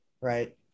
right